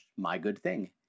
mygoodthing